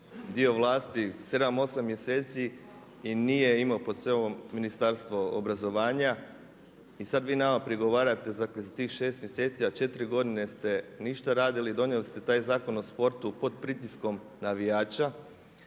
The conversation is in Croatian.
dio vlasti 7, 8 mjeseci i nije imao pod sobom Ministarstvo obrazovanja i sada vi nama prigovarate dakle za tih 6 mjeseci a 4 godine ste ništa radili donijeli ste taj Zakon o sportu pod pritiskom navijača